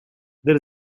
there